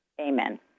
amen